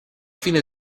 fine